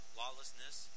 lawlessness